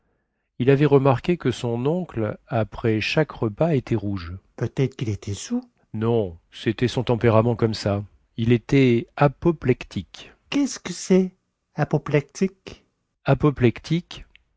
il avait remarqué que son oncle après chaque repas était rouge peut-être quil était saoul non cétait son tempérament comme ça il était apoplectique quest ce que cest apoplectique apoplectique